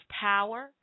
power